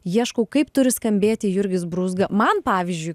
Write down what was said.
ieškau kaip turi skambėti jurgis brūzga man pavyzdžiui